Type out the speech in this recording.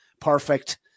perfect